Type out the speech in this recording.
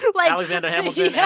like alexander hamilton, yeah